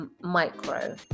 micro